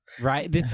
right